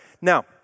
Now